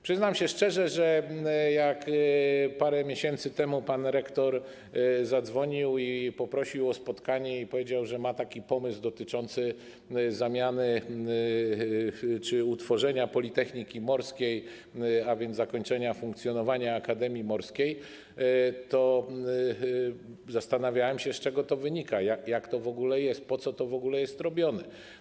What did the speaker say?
Przyznam się szczerze, że jak parę miesięcy temu pan rektor zadzwonił, poprosił o spotkanie i powiedział, że ma taki pomysł dotyczący zamiany czy utworzenia Politechniki Morskiej, a więc zakończenia funkcjonowania Akademii Morskiej, to zastanawiałem się, z czego to wynika, jak to jest, po co to w ogóle jest robione.